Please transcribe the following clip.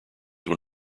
when